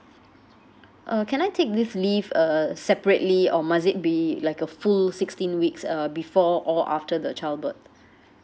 uh can I take this leave uh uh separately or must it be like a full sixteen weeks uh before or after the childbirth